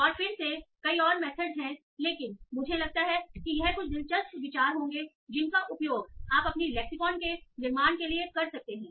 और फिर से कई और मेथड हैं लेकिन मुझे लगता है कि यह कुछ दिलचस्प विचार होंगे जिनका उपयोग आप अपनी लेक्सिकॉन के निर्माण के लिए कर सकते हैं